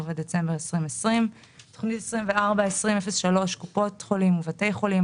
ודצמבר 2020. תוכנית 242003 קופות חולים ובתי חולים,